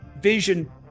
vision